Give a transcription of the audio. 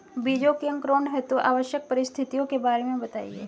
बीजों के अंकुरण हेतु आवश्यक परिस्थितियों के बारे में बताइए